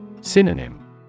Synonym